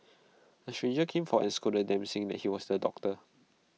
A stranger came for is scolded them saying that he was A doctor